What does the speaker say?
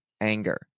anger